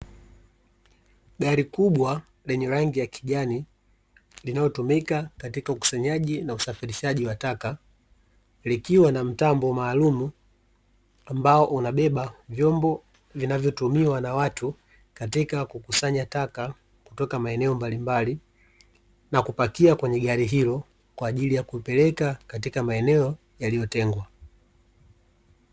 Gari kubwa lenye rangi ya kijani linalotumika katika ukusanyaji na usafirishaji wa taka likiwa na mtambo maalumu ambao unabeba vyombo vinavyotumiwa na watu katika kukusanya taka kutoka maeneo mbalimbali na kupakia kwenye gari hilo kwa ajili ya kuipeleka katika maeneo yaliyotengwa .